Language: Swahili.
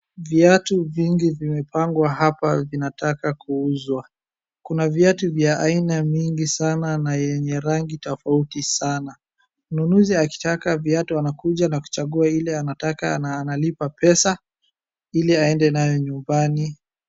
Viatu vingi vimepangwa hapa vinataka kuuzwa. Kuna viatu vya aina mingi sana na yenye rangi tofauti sana. Mnunuzi akitaka viatu anakuja na kuchagua ile anataka, na analipa pesa ili aende nayo nyumbani.